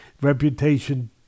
Reputation